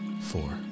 four